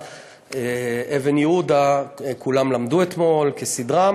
את יודעת שאקס בוקס עולה כסף,